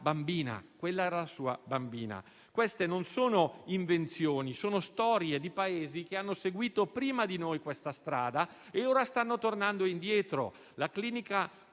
Quella era la sua bambina. Queste non sono invenzioni, ma storie di Paesi che hanno seguito prima di noi questa strada e ora stanno tornando indietro.